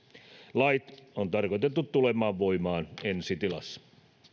lait on tarkoitettu tulemaan voimaan ensi tilassa